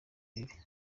bibi